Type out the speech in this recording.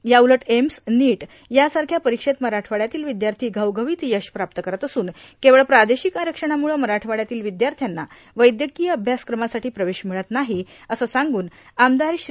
याउलट AIIMS NEET सारख्या परिक्षेत मराठवाड्यातील विद्यार्थी षवषवीत यश प्रास्त करत असून केवळ प्रादेशिक आरसणामुळे मराठवाडचातील विद्यार्थ्यांना वैदकीय अभ्यासक्रमासाठी प्रवेश मिळत नाही असं सांगुन आमदार श्री